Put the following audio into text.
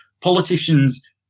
politicians